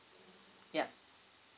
yup